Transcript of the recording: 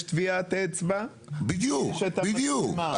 יש טביעת אצבע ויש המצלמה.